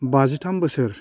बाजिथाम बोसोर